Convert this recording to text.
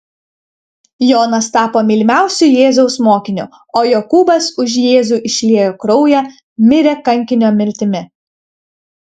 jonas tapo mylimiausiu jėzaus mokiniu o jokūbas už jėzų išliejo kraują mirė kankinio mirtimi